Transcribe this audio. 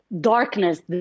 darkness